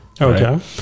Okay